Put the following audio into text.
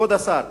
כבוד השר.